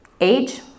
age